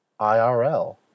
IRL